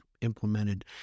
implemented